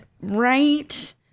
right